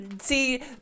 See